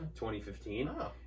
2015